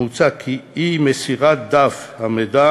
מוצע כי אי-מסירת דף המידע